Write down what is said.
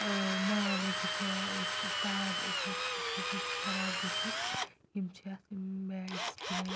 ٲں نار لٔگِتھ یا یۄس یہِ تار چھِ آسان سۄ ہیٚکہِ خراب گٔژھِتھ یِم چھِ اَتھ بیڈ ایٚکٕسپیٖریَنٕس